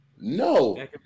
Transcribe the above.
No